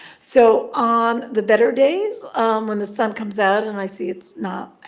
so on the better days when the sun comes out and i see it's not